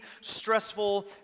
stressful